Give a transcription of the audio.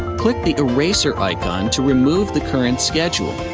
click the eraser icon to remove the current schedule.